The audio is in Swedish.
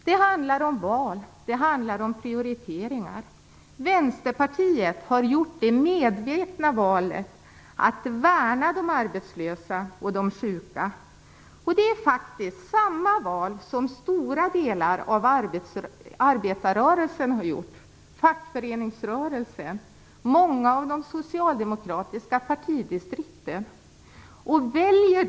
Det handlar om val och prioriteringar. Vänsterpartiet har gjort det medvetna valet att värna de arbetslösa och de sjuka, och det är samma val som stora delar av arbetarrörelsen, fackföreningsrörelsen och många av de socialdemokratiska partidistrikten har gjort.